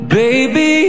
baby